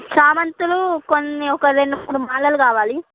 చామంతులు కొన్ని ఒక రెండు మూడు మాలలు కావాలి